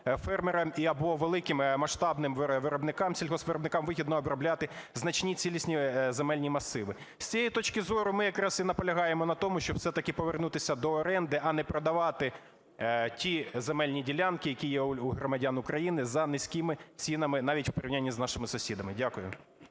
фермерам або великим масштабним виробникам, сільгоспвиробникам, вигідно обробляти значні цілісні земельні масиви. З цієї точки зору ми якраз і наполягаємо на тому, щоб все-таки повернутися до оренди, а не продавати ті земельні ділянки, які є в громадян України, за низькими цінами, навіть у порівнянні з нашими сусідами. Дякую.